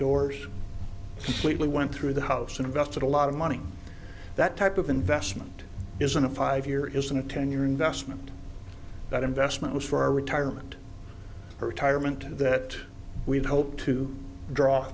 doors sweetly went through the house and invested a lot of money that type of investment isn't a five year isn't a ten year investment that investment was for retirement or retirement and that we'd hoped to draw